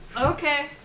Okay